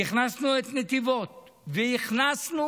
והכנסנו את נתיבות והכנסנו,